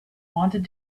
wanted